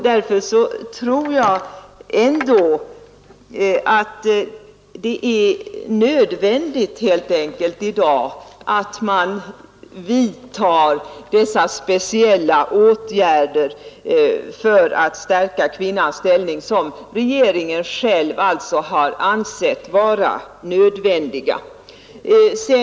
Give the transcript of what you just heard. Därför tror jag ändå att det är nödvändigt att man i dag vidtar de speciella åtgärder för att stärka kvinnans ställning som regeringen själv har ansett vara nödvändiga.